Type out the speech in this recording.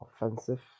offensive